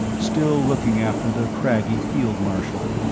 still looking after the craggy field marshal.